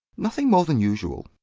nothing more than usual.